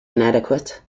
inadequate